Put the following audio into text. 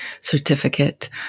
certificate